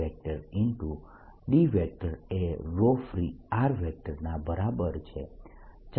D એ free ના બરાબર છે